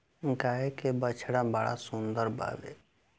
गाय के बछड़ा बड़ा सुंदर बावे